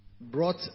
brought